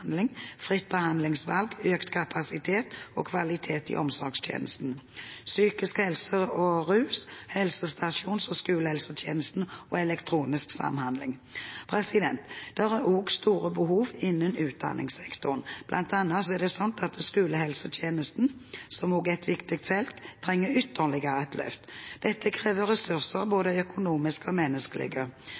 fritt behandlingsvalg, økt kapasitet og kvalitet i omsorgstjenesten, psykisk helse og rus, helsestasjons- og skolehelsetjenesten og elektronisk samhandling. Det er også store behov innen utdanningssektoren. Blant annet trenger skolehelsetjenesten, som også er et viktig felt, et ytterligere løft. Dette krever ressurser, både økonomiske og menneskelige.